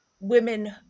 women